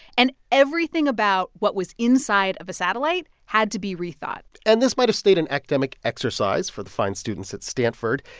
and everything about what was inside of a satellite had to be rethought and this might have stayed an academic exercise for the fine students at stanford,